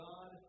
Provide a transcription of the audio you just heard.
God